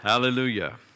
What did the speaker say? Hallelujah